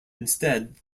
instead